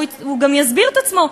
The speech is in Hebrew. והוא גם יסביר את עצמו.